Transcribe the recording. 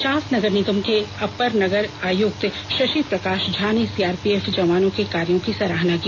चास नगर निगम के अपर नगर आयुक्त शशि प्रकाश झा ने सीआरपीएफ जवानों के कार्यों की सराहना की